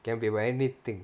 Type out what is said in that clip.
can be about anything